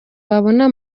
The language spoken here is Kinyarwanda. wabona